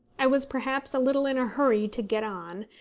i was perhaps a little in a hurry to get on,